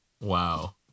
Wow